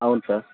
అవును సార్